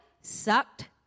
sucked